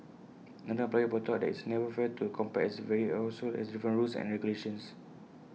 another employer pointed out that it's never fair to compare as every household has different rules and regulations